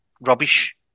rubbish